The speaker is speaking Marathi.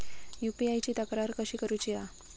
यू.पी.आय ची तक्रार कशी करुची हा?